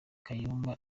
kayumba